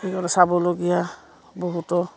সেইবোৰ চাবলগীয়া বহুতো